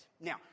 Now